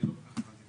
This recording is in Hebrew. אני לא כל כך הבנתי.